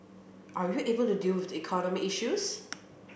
are you able to deal with the economic issues